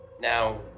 Now